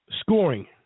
scoring